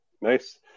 nice